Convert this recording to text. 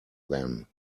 then